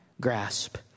grasp